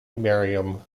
miriam